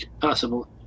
possible